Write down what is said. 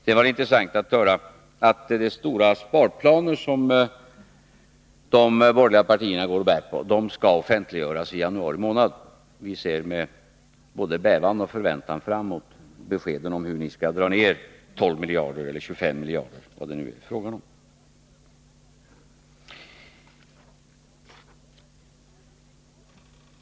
Det var intressant att höra att de stora sparplaner som de borgerliga partierna går och bär på skall offentliggöras i januari. Vi ser med både bävan och förväntan fram emot beskeden om hur ni skall dra ned utgifterna med 12 eller 25 miljarder, eller vad det nu är fråga om.